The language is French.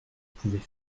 pouvais